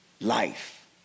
life